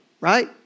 right